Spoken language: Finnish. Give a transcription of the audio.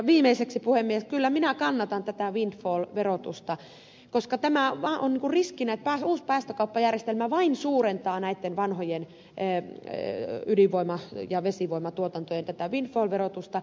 viimeiseksi puhemies kyllä minä kannatan tätä windfall verotusta koska tässä on riskinä että uusi päästökauppajärjestelmä vain suurentaa näitten vanhojen ydinvoima ja vesivoimatuotantojen windfall verotusta